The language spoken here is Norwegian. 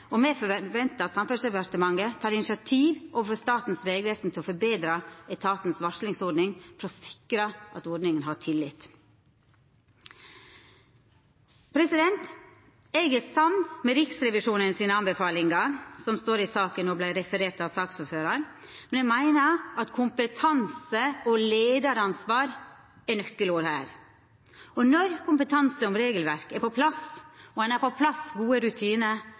og me forventar at Samferdselsdepartementet tek initiativ overfor Statens vegvesen for å forbetra etatens varslingsordning og sikra at ordninga har tillit. Eg er samd i Riksrevisjonen sine anbefalingar som er i saka, og som vart refererte av saksordføraren. Men eg meiner at kompetanse og leiaransvar er nøkkelord her. Når kompetanse om regelverk er på plass og ein får på plass gode rutinar,